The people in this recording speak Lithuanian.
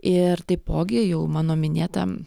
ir taipogi jau mano minėta